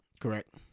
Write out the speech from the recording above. Correct